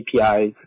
APIs